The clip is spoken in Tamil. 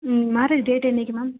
ம் மேரேஜ் டேட் என்னைக்கு மேம்